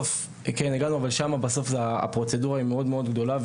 אבל הפרוצדורה היא מאוד מאוד גדולה,